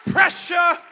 Pressure